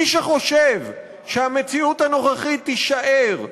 מי שחושב שהמציאות הנוכחית תישאר,